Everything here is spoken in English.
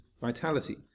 vitality